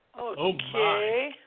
Okay